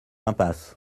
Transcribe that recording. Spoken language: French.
impasse